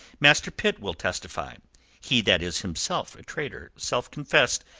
master pitt will testify he that is himself a traitor self-confessed.